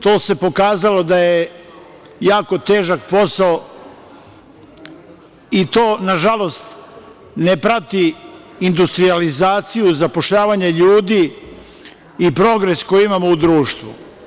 To se pokazalo da je jako težak posao i to nažalost ne prati industrijalizaciju zapošljavanja ljudi i progres koji imamo u društvu.